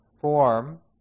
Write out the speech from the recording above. form